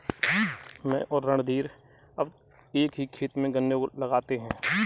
मैं और रणधीर अब एक ही खेत में गन्ने लगाते हैं